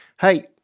Hey